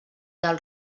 del